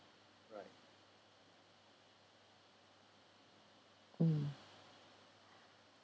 mm